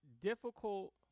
difficult